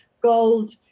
gold